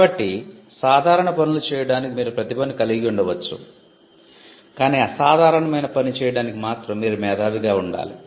కాబట్టి సాధారణ పనులు చేయటానికి మీరు ప్రతిభను కలిగి ఉండవచ్చు కానీ అసాధారణమైన పని చేయడానికి మాత్రం మీరు మేధావిగా ఉండాలి